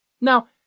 Now